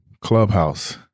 Clubhouse